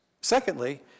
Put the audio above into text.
Secondly